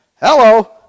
Hello